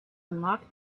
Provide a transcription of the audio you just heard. unlock